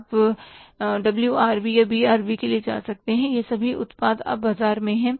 आप WRV या BRV के लिए जा सकते हैं ये सभी उत्पाद अब बाजार में हैं